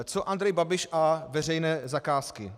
Co Andrej Babiš a veřejné zakázky?